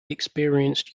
experienced